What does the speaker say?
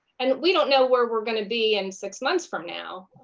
and we don't know where we're going to be in six months from now,